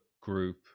group